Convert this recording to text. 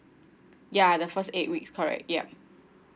ya the first eight weeks correct yup